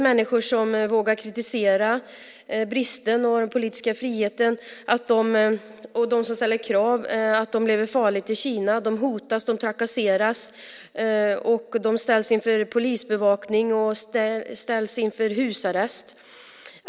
Människor som vågar kritisera brister i den politiska friheten och ställer krav lever farligt i Kina. De hotas, trakasseras och ställs under polisbevakning och sätts i husarrest.